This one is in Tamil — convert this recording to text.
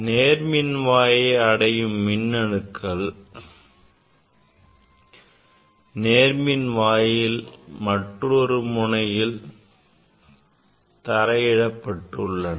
நேர்மின் வாயை அடையும் மின்னணுக்கள் நேர்மின் வாயில் மற்றொரு முனையில் தரை இடப்பட்டுள்ளன